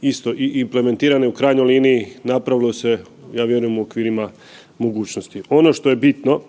isto i implementirane i u krajnjoj liniji napravilo se, ja vjerujem u okvirima mogućnosti. Ono što je bitno,